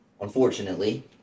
unfortunately